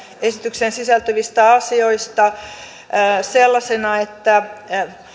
esitykseen sisältyvistä asioista sellaisina että